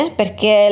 perché